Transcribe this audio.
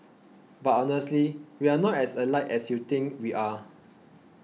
but honestly we aren't as alike as you think we are